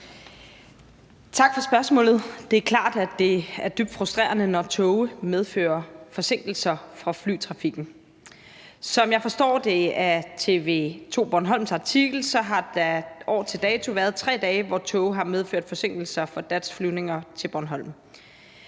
Tak for spørgsmålet. Det er klart, at det er dybt frustrerende, når tåge medfører forsinkelser for flytrafikken. Som jeg forstår det af TV 2/Bornholms artikel, har der i år til dato været 3 dage, hvor tåge har medført forsinkelser for DAT's flyvninger til Bornholm.